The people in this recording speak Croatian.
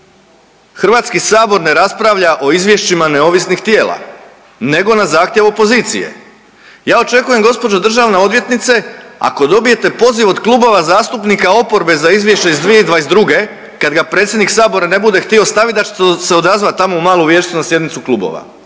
Izvješće, HS ne raspravlja o izvješćima neovisnih tijela nego na zahtjev opozicije. Ja očekujem gospođo državna odvjetnice ako dobijete poziv od klubova zastupnika oporbe za izvješće iz 2022. kad ga predsjednik Sabora ne bude htio stavit da ćete se odazvat tamo u Malu vijećnicu na sjednicu klubova